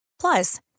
Plus